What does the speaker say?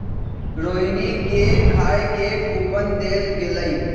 रोहिणी के खाए के कूपन देल गेलई